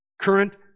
Current